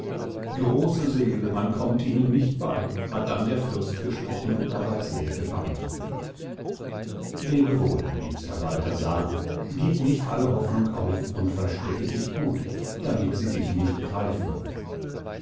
große seele man kommt ihnen nicht bei hat dann der fürst gesprochen und dabei sehr geweint lebe wohl liebster balthasar gib nicht alle hoffnung auf und verstecke dich gut damit sie dich nicht greifen